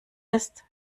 ist